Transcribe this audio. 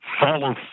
Follow